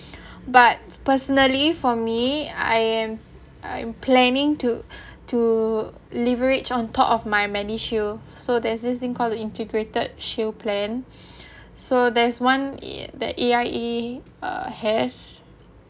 but personally for me I am I am planning to to leverage on top of my MediShield so there's this thing called the integrated shield plan so there's one A that A_I_A uh has